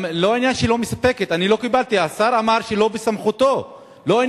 גם לא עניין של לא מספקת, אני לא קיבלתי.